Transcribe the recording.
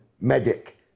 medic